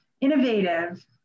innovative